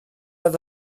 oedd